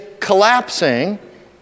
collapsing